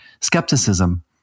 skepticism